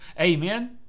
Amen